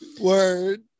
Word